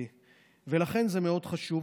ולכן זה מאוד חשוב.